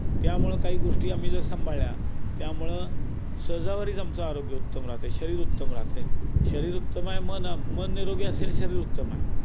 त्यामुळं काही गोष्टी आम्ही जर सांभाळल्या त्यामुळं सणावारीच आमचा आरोग्य उत्तम राहतं आहे शरीर उत्तम राहतं आहे शरीर उत्तम आहे मन मन निरोगी असेल शरीर उत्तम आहे